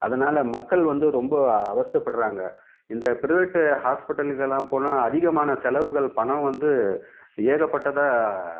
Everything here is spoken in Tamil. அதனால மக்கள் வந்து ரொம்ப அவஸ்தை படுறாங்க இந்த பிரைவேட்டு ஹாஸ்பிட்டல்க்கெல்லாம் போனால் அதிகமான செலவுகள் பணம் வந்து ஏகப்பட்டதை